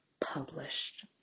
published